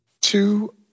two